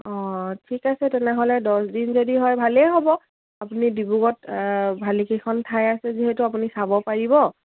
অঁ ঠিক আছে তেনেহ'লে দহদিন যদি হয় ভালেই হ'ব আপুনি ডিব্ৰুগড়ত ভালেকিখন ঠাই আছে যিহেতু আপুনি চাব পাৰিব